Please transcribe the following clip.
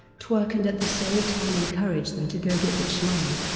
twerk and at the same time encourage them to go get that shmoney,